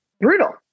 brutal